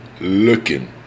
looking